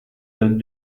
docks